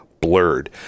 blurred